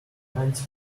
ninety